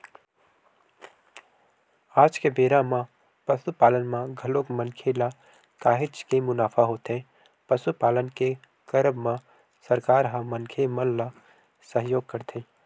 आज के बेरा म पसुपालन म घलोक मनखे ल काहेच के मुनाफा होथे पसुपालन के करब म सरकार ह मनखे मन ल सहयोग करथे